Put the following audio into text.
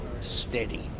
steady